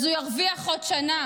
אז הוא ירוויח עוד שנה,